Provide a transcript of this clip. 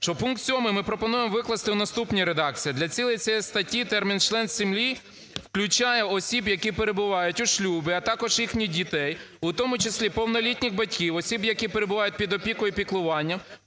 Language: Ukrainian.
пункт 7 ми пропонуємо викласти в наступній редакції: "Для цілей цієї статті термін "член сім'ї" включає осіб, які перебувають у шлюбі, а також їхніх дітей, у тому числі повнолітніх, батьків, осіб, які перебувають під опікою, піклуванням,